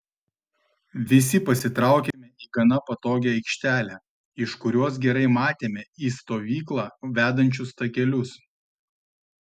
visi pasitraukėme į gana patogią aikštelę iš kurios gerai matėme į stovyklą vedančius takelius